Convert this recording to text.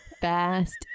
fast